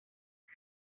নাই